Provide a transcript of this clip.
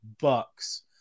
bucks